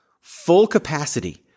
full-capacity